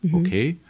okay?